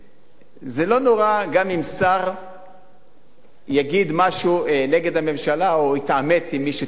שזה לא נורא גם אם שר יגיד משהו נגד הממשלה או יתעמת עם מי שצריך.